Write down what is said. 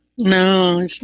No